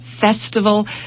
festival